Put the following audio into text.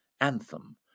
Anthem